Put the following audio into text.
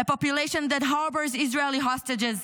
A population that harbors Israeli hostages,